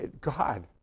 God